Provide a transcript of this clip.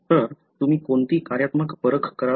तर तुम्ही कोणती कार्यात्मक परख कराल